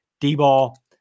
D-ball